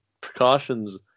precautions